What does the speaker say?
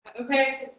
Okay